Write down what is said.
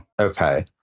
Okay